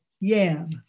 yam